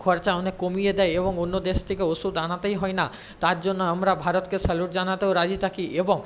খরচা অনেক কমিয়ে দেয় এবং অন্য দেশ থেকে ওষুধ আনাতেই হয় না তার জন্য আমরা ভারতকে স্যালুট জানাতেও রাজি থাকি এবং